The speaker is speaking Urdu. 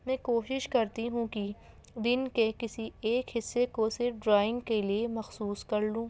میں کوشش کرتی ہوں کہ دن کے کسی ایک حصے کو صرف ڈرائنگ کے لیے مخصوص کر لوں